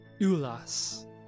Ulas